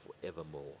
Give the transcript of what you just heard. forevermore